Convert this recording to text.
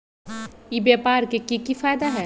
ई व्यापार के की की फायदा है?